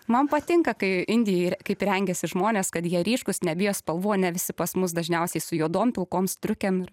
man patinka kai indija kaip rengiasi žmonės kad jie ryškūs nebijo spalvų o ne visi pas mus dažniausiai su juodom pilkom striukėm ir